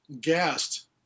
gassed